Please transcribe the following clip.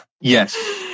yes